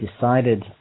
decided